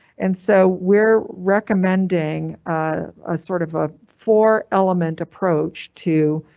and so we're recommending a sort of a four element approach to.